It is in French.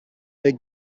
des